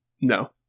no